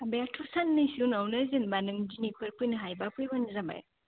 हाबायाथ' सान्नैसो उनावनो जेनोबा नों दिनैफोर फैनो हायोबा फैबानो जाबाय